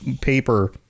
paper